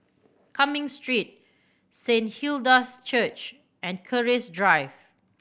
Cumming Street Saint Hilda's Church and Keris Drive